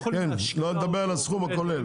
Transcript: שלא נדבר על הסכום הכולל.